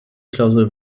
klausel